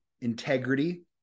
integrity